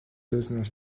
business